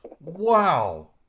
Wow